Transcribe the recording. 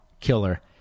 killer